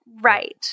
Right